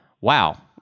Wow